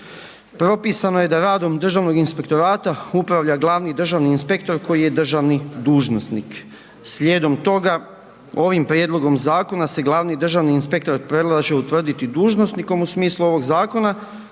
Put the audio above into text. propisano je da radom Državnog inspektorata, upravlja glavni državni inspektor koji je državni dužnosnik. Slijedom toga, ovim prijedlogom zakona se glavni državni inspektor predlaže utvrditi dužnosnikom u smislu ovog zakona